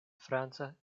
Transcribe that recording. franca